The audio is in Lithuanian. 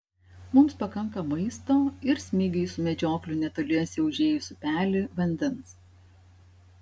mums pakanka maisto ir smigiui su medžiokliu netoliese užėjus upelį vandens